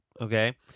Okay